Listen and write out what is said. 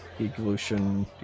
evolution